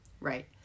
Right